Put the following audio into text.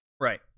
Right